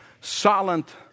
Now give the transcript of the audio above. silent